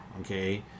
okay